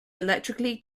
electrically